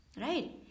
right